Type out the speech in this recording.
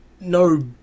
no